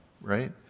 right